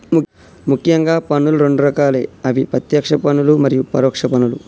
ముఖ్యంగా పన్నులు రెండు రకాలే అవి ప్రత్యేక్ష పన్నులు మరియు పరోక్ష పన్నులు